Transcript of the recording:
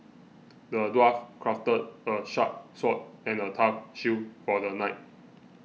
the dwarf crafted a sharp sword and a tough shield for the knight